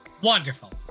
Wonderful